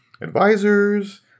advisors